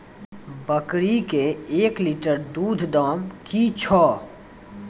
बकरी के एक लिटर दूध दाम कि छ?